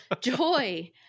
joy